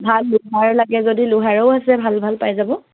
ভাল লোহাৰ লাগে যদি লোহাৰও আছে ভাল ভাল পাই যাব